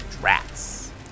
rats